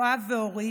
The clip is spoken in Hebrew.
יואב ואורי